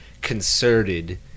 concerted